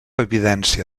evidència